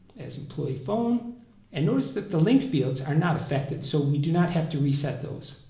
as employee phone and notice that the linked fields are not affected so we do not have to reset those